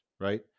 right